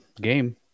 game